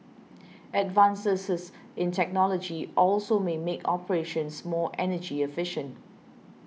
advances in technology also may make operations more energy efficient